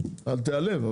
אל תיעלב,